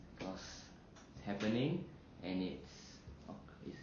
because it's happening and it's